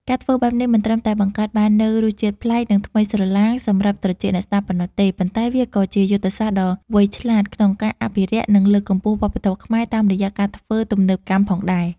ការធ្វើបែបនេះមិនត្រឹមតែបង្កើតបាននូវរសជាតិប្លែក និងថ្មីសន្លាងសម្រាប់ត្រចៀកអ្នកស្តាប់ប៉ុណ្ណោះទេ ប៉ុន្តែវាក៏ជាយុទ្ធសាស្ត្រដ៏វៃឆ្លាតក្នុងការអភិរក្ស និងលើកកម្ពស់វប្បធម៌ខ្មែរតាមរយៈការធ្វើទំនើបកម្មផងដែរ។